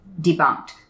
debunked